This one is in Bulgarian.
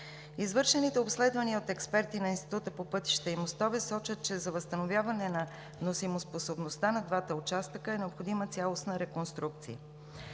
Извършените обследвания от експерти на Института по пътища и мостове сочат, че за възстановяване на носимоспособността на двата участъка е необходима цялостна реконструкция.